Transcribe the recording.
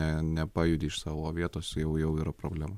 nepajudi iš savo vietos jau yra problema